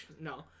no